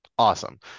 Awesome